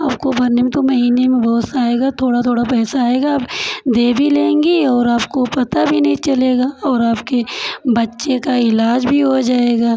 आपको भरने में तो महीने में बहुत सा आएगा थोड़ा थोड़ा पैसा आएगा आप दे भी लेंगी और आपको पता भी नहीं चलेगा और आपके बच्चे का इलाज भी हो जाएगा